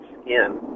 skin